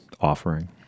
offering